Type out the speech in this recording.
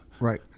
Right